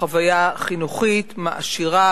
חוויה חינוכית מעשירה,